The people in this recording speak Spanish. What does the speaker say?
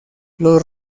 los